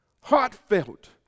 heartfelt